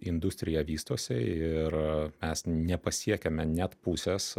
industrija vystosi ir mes nepasiekėme net pusės